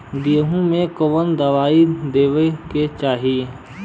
गेहूँ मे कवन दवाई देवे के चाही?